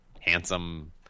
handsome